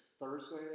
Thursday